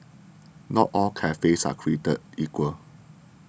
not all cafes are created equal